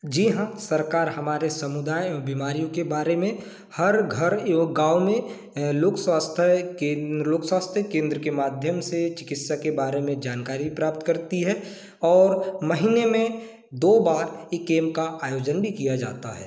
जी हाँ सरकार हमारे समुदाय और बीमारियों के बारे में हर घर यो गाँव में लोक स्वस्थ्य केंद्र लोक स्वास्थ्य केन्द्र के माध्यम से चिकित्सा के बारे में जानकारी प्राप्त करती है और महीने में दो बार इ कैंप का आयोजन भी किया जाता है